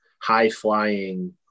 high-flying